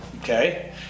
Okay